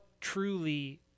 truly